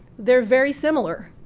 they're very similar,